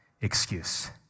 excuse